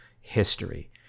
history